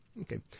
okay